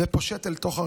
ויפשוט אל תוך הרחוב.